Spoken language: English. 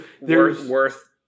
worth